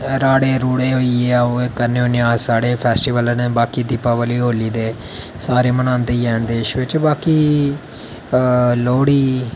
राह्ड़े होइये करने होन्ने साढ़े फेस्टीवल न बाकी दिपावली होली ते सारे मनांदे ते हैन बाकी लोह्ड़ी